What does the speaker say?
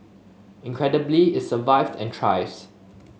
incredibly it survived and thrives